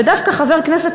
ודווקא חבר כנסת,